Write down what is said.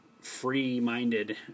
free-minded